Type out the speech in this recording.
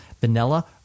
vanilla